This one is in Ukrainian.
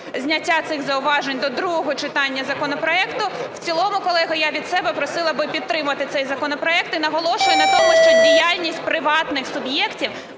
зняття цих зауважень до другого читання законопроекту. В цілому, колеги, я від себе просила би підтримати цей законопроект і наголошую на тому, що діяльність приватних суб'єктів